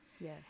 Yes